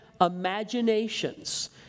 imaginations